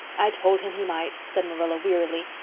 i told him he might, said marilla wearily.